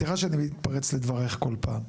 סליחה שאני מתפרץ לדברייך כל פעם.